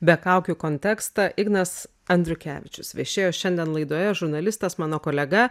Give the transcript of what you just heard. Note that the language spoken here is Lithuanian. be kaukių kontekstą ignas andriukevičius viešėjo šiandien laidoje žurnalistas mano kolega